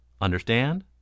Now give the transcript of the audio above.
Understand